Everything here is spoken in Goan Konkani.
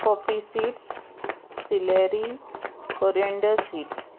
coffee seeds celery coriander seeds